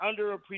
underappreciated